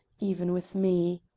even with me.